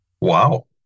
Wow